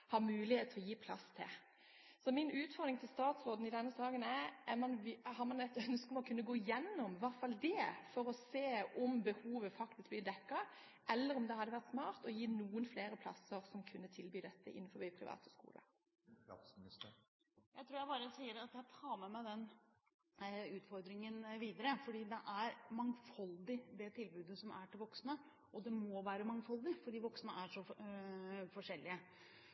mulighet til å gi plass til. Min utfordring til statsråden i denne saken er: Har man et ønske om å kunne gå gjennom hvert fall det, for å se om behovet faktisk blir dekket, eller om det hadde vært smart å gi noen flere plasser som kunne tilby dette innenfor de private skolene? Jeg tror jeg bare sier at jeg tar med meg den utfordringen videre, fordi det er mangfoldig, det tilbudet som er til voksne, og det må være mangfoldig, fordi voksne er så forskjellige.